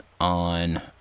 on